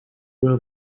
will